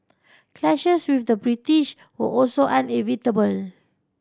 clashes with the British were also